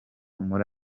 muri